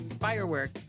Firework